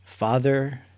Father